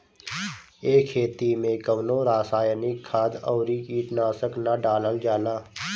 ए खेती में कवनो रासायनिक खाद अउरी कीटनाशक ना डालल जाला